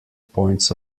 points